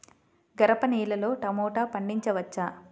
గరపనేలలో టమాటా పండించవచ్చా?